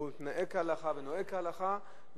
והוא מתנהג כהלכה ונוהג כהלכה,